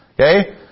Okay